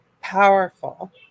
powerful